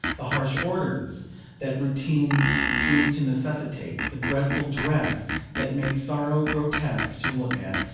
the harsh orders that routine seems to necessitate, the dreadful dress that makes sorrow grotesque to look at,